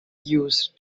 use